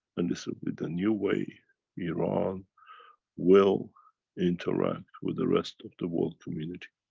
and this will be the new way iran will interact with the rest of the world community.